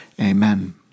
Amen